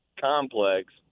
complex